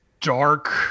dark